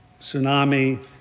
tsunami